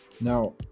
Now